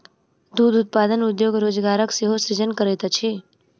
दूध उत्पादन उद्योग रोजगारक सेहो सृजन करैत अछि